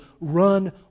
run